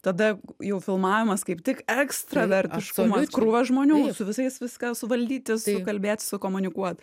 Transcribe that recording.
tada jau filmavimas kaip tik ekstravertiškumas krūva žmonių su visais viską suvaldyti sukalbėt sukomunikuot